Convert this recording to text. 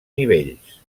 nivells